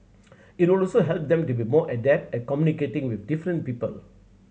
it would also help them to be more adept at communicating with different people